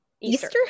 Easter